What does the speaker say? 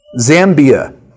Zambia